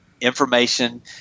information